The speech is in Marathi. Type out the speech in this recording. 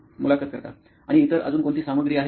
मुलाखत कर्ता आणि इतर अजून कोणती सामग्री आहे का